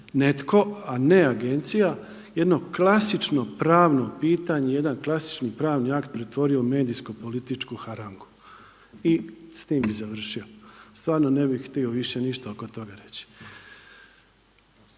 netko, a ne agencija jedno klasično pravno pitanje, jedan klasični pravni akt pretvorio u medijsko-političku harangu i s tim bih završio. Stvarno ne bih htio više ništa oko toga reći.